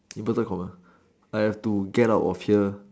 inverted comma I have to get out of here